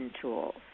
tools